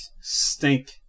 Stink